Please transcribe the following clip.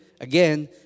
again